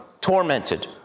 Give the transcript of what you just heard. tormented